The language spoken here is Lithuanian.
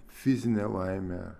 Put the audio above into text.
fizine laime